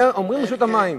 אומרים רשות המים,